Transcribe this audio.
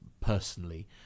personally